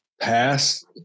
past